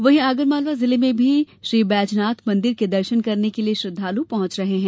वहीं आगरमालवा जिले में श्री बैजनाथ मंदिर के दर्शन करने के लिये श्रद्वालु पहुंच रहे है